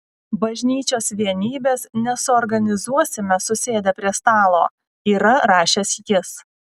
bažnyčios vienybės nesuorganizuosime susėdę prie stalo yra rašęs jis